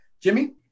Jimmy